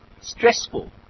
stressful